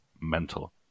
mental